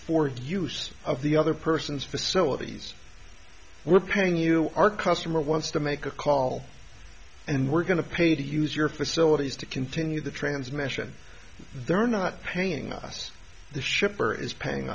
for use of the other person's facilities we're paying you our customer wants to make a call and we're going to pay to use your facilities to continue the transmission they're not paying us the shipper is paying